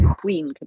Queen